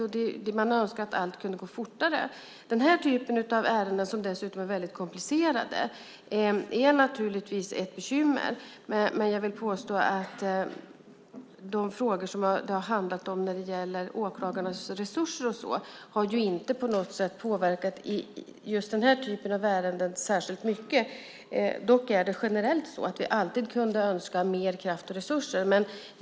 Man skulle önska att allt kunde gå fortare. Den här typen av ärenden, som dessutom är väldigt komplicerade, är naturligtvis ett bekymmer. Men jag vill påstå att frågor som handlar om åklagarnas resurser och sådant inte på något sätt påverkat särskilt mycket i just den här typen av ärenden. Dock är det generellt så att vi alltid skulle önska mer kraft och resurser.